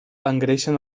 engreixen